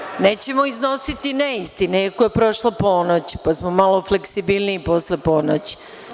Molim vas, nećemo iznositi neistine iako je prošla ponoć pa smo malo fleksibilniji posle ponoći.